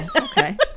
okay